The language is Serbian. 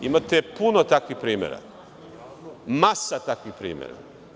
Imate još puno takvih primera, masu takvih primera.